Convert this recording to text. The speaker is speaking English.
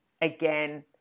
again